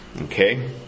Okay